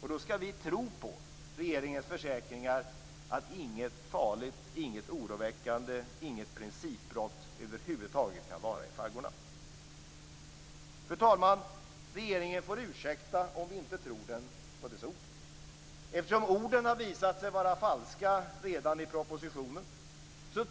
Och då skall vi tro på regeringens försäkringar att inget farligt, inget oroväckande, inget principbrott över huvud taget kan vara i faggorna. Fru talman! Regeringen får ursäkta om vi inte tror den på dess ord. Eftersom orden har visat sig vara falska redan i propositionen